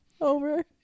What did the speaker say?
over